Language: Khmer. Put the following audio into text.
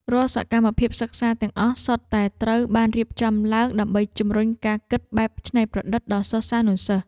រាល់សកម្មភាពសិក្សាទាំងអស់សុទ្ធតែត្រូវបានរៀបចំឡើងដើម្បីជំរុញការគិតបែបច្នៃប្រឌិតដល់សិស្សានុសិស្ស។